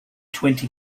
twenty